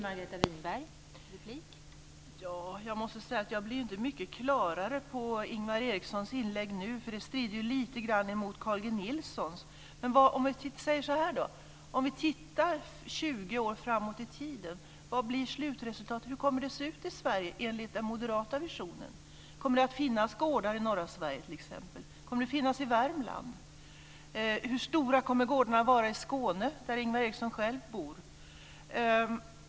Fru talman! Jag måste säga att jag inte blir mycket klokare på Ingvar Erikssons inlägg nu, för det strider ju lite grann mot Carl G Nilssons. Men om vi säger så här då: Om vi tittar 20 år framåt i tiden, vad blir slutresultatet? Hur kommer det att se ut i Sverige enligt den moderata visionen? Kommer det t.ex. att finnas gårdar i norra Sverige? Kommer det att finnas gårdar i Värmland? Hur stora kommer gårdarna att vara i Skåne, där Ingvar Eriksson själv bor?